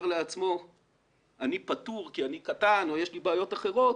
לעצמו אני פטור כי אני קטן או יש לי בעיות אחרות,